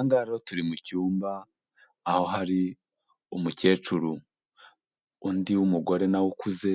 Aha ngaha rero turi mu cyumba, aho hari umukecuru. Undi w'umugore na we ukuze,